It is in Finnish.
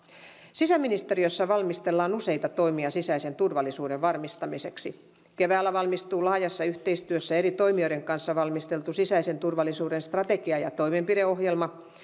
sisäministeriössä valmistellaan useita toimia sisäisen turvallisuuden varmistamiseksi keväällä valmistuu laajassa yhteistyössä eri toimijoiden kanssa valmisteltu sisäisen turvallisuuden strategia ja toimenpideohjelma